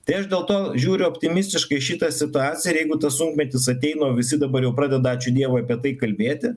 tai aš dėl to žiūriu optimistiškai į šitą situaciją ir jeigu tas sunkmetis ateina o visi dabar jau pradeda ačiū dievui apie tai kalbėti